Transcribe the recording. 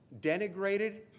denigrated